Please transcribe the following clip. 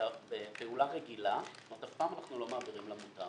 בפעולה רגילה, אף פעם אנחנו לא מעבירים למוטב.